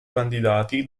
candidati